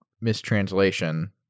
mistranslation